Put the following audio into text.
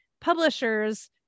publishers